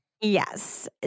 Yes